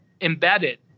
embedded